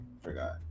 forgot